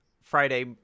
Friday